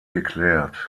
geklärt